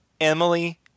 Emily